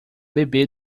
bebê